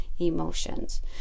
emotions